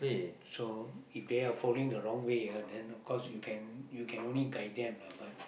so if they are following the wrong way ah then of course you can you can only guide them lah but